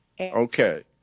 Okay